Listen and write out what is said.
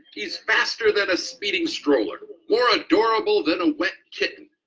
he's faster than a speeding stroller, more adorable than a wet kitten,